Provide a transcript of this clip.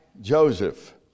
Joseph